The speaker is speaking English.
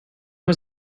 was